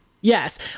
yes